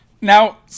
Now